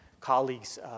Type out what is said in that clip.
colleagues